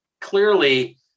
Clearly